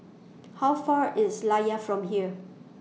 How Far IS Layar from here